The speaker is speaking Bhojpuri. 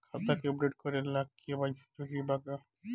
खाता के अपडेट करे ला के.वाइ.सी जरूरी बा का?